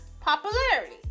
popularity